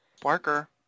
Parker